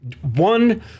one